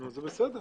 אבל מה זה הרישיון?